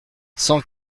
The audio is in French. cent